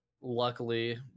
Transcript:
Luckily